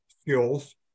skills